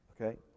okay